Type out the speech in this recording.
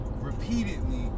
repeatedly